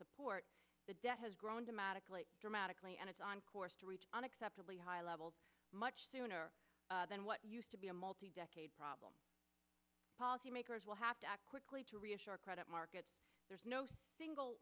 support the debt has grown dramatically dramatically and it's on course to reach unacceptably high levels much sooner than what used to be a multi decade problem policymakers will have to act quickly to reassure credit markets there's no single